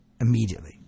Immediately